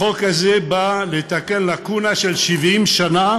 החוק הזה נועד לתקן לקונה של 70 שנה,